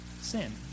sin